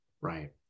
right